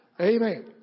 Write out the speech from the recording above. Amen